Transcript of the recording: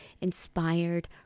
inspired